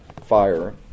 fire